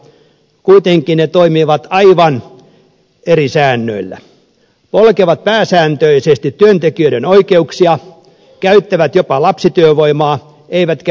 kuitenkin ne toimivat aivan eri säännöillä polkevat pääsääntöisesti työntekijöiden oikeuksia käyttävät jopa lapsityövoimaa eivätkä välitä ympäristöstä